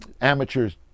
amateurs